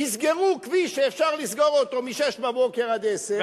יסגרו כביש שאפשר לסגור אותו מ-06:00 עד 10:00,